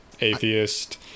atheist